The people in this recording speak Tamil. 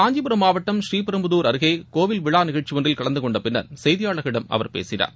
காஞ்சிபுரம் மாவட்டம் ஸ்ரீபெரும்புதார் அருகே கோவில் விழா நிகழ்ச்சி ஒன்றில் கலந்து கொண்ட பின்னர் செய்தியாளர்களிடம் அவர் பேசினார்